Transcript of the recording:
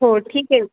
हो ठीक आहे